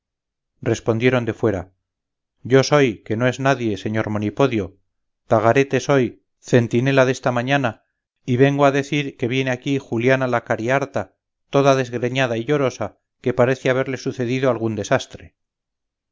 respondieron de fuera yo soy que no es nadie señor monipodio tagarete soy centinela desta mañana y vengo a decir que viene aquí juliana la cariharta toda desgreñada y llorosa que parece haberle sucedido algún desastre